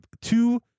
two